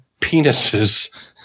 penises